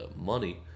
money